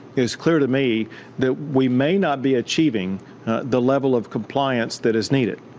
is clear to me that we may not be achieving the level of compliance that is needed.